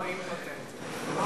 לא אימפוטנטים?